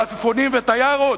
ועפיפונים וטיארות.